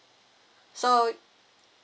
so